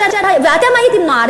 ואתם הייתם נוער,